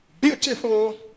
Beautiful